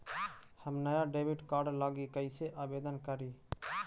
हम नया debit card लागी कईसे आवेदन करी?